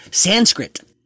Sanskrit